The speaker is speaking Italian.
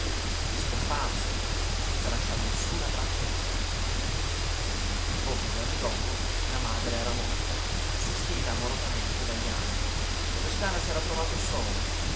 e scomparso senza lasciar nessuna traccia di sé pochi giorni dopo la madre era morta assistita amorosamente da jana e lo scala s'era trovato solo